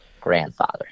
grandfather